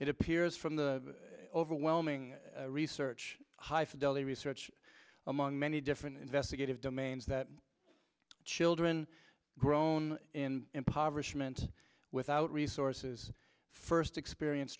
it appears from the overwhelming research high fidelity research among many different investigative domains that children are grown in impoverishment without resources first experience